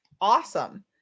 Awesome